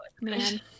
man